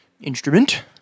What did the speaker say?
instrument